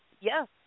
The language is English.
Yes